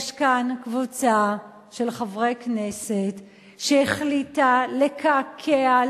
יש כאן קבוצה של חברי כנסת שהחליטה לקעקע,